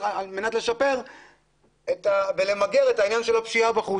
על מנת למגר את העניין שלל הפשיעה בחוץ.